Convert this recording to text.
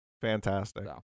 Fantastic